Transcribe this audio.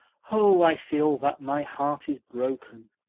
oh, i feel that my heart is broken.